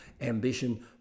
ambition